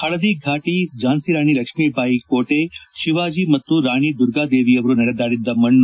ಹಳದಿ ಘಾಟಿ ಝಾನ್ಸಿರಾಣಿ ಲಕ್ಷಿಭಾಯಿ ಕೋಟೆ ಶಿವಾಜಿ ಮತ್ತು ರಾಣಿ ದುರ್ಗಾ ದೇವಿಯರು ನಡೆದಾಡಿದ್ದ ಮಣ್ಣ